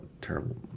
terrible